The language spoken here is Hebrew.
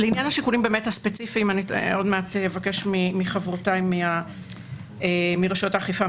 לעניין השיקולים הספציפיים אני עוד מעט אבקש מחברותיי מרשויות האכיפה,